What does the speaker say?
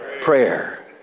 prayer